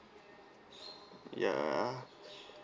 ya